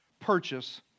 Purchase